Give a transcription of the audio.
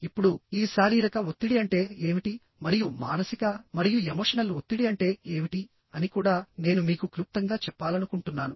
ఇప్పుడు ఈ శారీరక ఒత్తిడి అంటే ఏమిటి మరియు మానసిక మరియు ఎమోషనల్ ఒత్తిడి అంటే ఏమిటి అని కూడా నేను మీకు క్లుప్తంగా చెప్పాలనుకుంటున్నాను